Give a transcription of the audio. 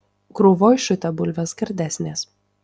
krūvoj šutę bulvės gardesnės